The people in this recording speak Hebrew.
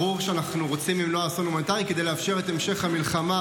ברור שאנחנו רוצים למנוע אסון הומניטרי כדי לאפשר את המשך המלחמה,